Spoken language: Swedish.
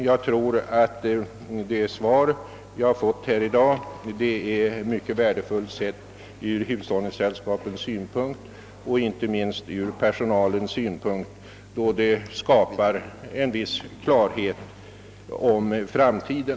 Jag tror att det svar som lämnats här i dag är mycket värdefullt för hushållningssällskapen, inte minst ur personalens synpunkt, eftersom det skapar en viss klarhet med avseende på framtiden.